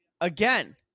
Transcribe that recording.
again